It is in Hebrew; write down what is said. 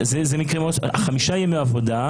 חמישה ימי עבודה,